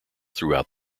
throughout